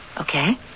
Okay